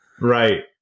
Right